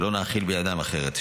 שלא נאכיל בן אדם אחרת.